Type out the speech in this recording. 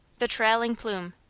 the trailing plume.